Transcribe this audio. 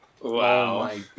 Wow